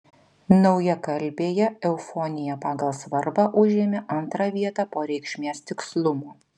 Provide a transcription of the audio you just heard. naujakalbėje eufonija pagal svarbą užėmė antrą vietą po reikšmės tikslumo